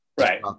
Right